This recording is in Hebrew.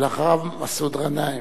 ולאחריו, מסעוד גנאים.